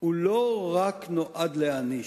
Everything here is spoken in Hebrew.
לא רק נועד להעניש.